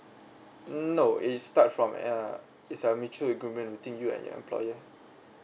no is start from uh it's a mutual agreement between you and your employer